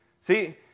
See